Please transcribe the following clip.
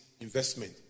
investment